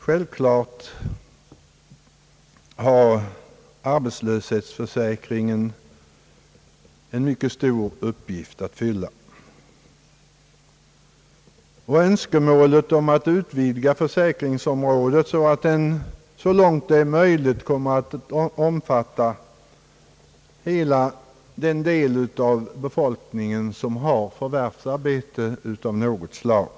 Självklart har arbetslöshetsförsäkringen en mycket stor uppgift att fylla. Här finns ett önskemål att utvidga försäkringsområdet så att den så långt det är möjligt kommer att omfatta hela den del av befolkningen som har förvärvsarbete av något slag.